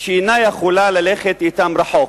שאינה יכולה ללכת אתן רחוק.